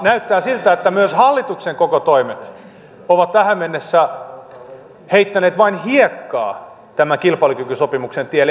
näyttää siltä että myös hallituksen koko toimet ovat tähän mennessä vain heittäneet hiekkaa tämän kilpailukykysopimuksen tielle